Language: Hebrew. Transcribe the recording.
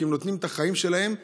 כי הם נותנים את החיים שלהם בשבילנו,